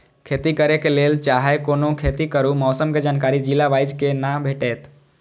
खेती करे के लेल चाहै कोनो खेती करू मौसम के जानकारी जिला वाईज के ना भेटेत?